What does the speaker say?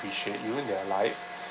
you in their life